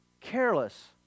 careless